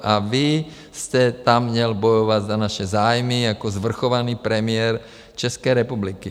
A vy jste tam měl bojovat za naše zájmy jako svrchovaný premiér České republiky.